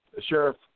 Sheriff